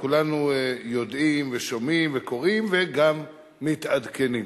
כולנו יודעים, שומעים, קוראים וגם מתעדכנים.